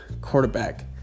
quarterback